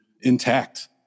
intact